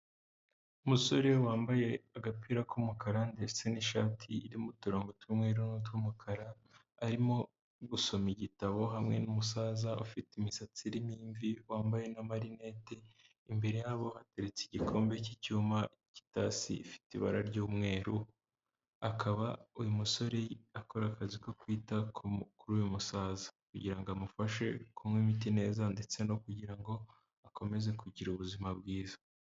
Umusore wambaye agapira k'umukara ndetse n'ishati irimo uturongo tw'umweru n'utw'umukara, arimo gusoma igitabo hamwe n'umusaza ufite imisatsi irimo n'imvi wambaye n'amarinete, imbere yabo hateretse igikombe cy'icyuma kitasi ifite ibara ry'umweru akaba uyu musore akora akazi ko kwita kuri uyu musaza kugira ngo amufashe kunywa imiti neza ndetse no kugira ngo akomeze kugira ubuzima bwiza.